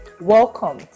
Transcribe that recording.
Welcome